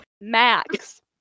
Max